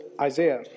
Isaiah